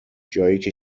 جاییکه